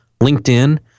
LinkedIn